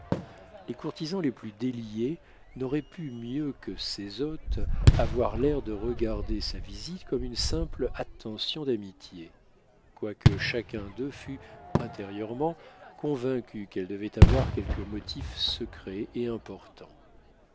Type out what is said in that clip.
les courtisans les plus déliés n'auraient pu mieux que ses hôtes avoir l'air de regarder sa visite comme une simple attention d'amitié quoique chacun d'eux fût intérieurement convaincu qu'elle devait avoir quelque motif secret et important